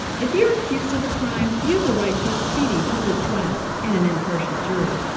if you're accused of a crime, you have the right to a speedy public trial and an impartial jury.